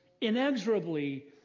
inexorably